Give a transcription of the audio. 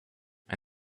and